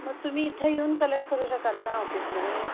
मग तुम्ही इथं येऊन कलेक्ट करू शकाल का ऑफिसमध्ये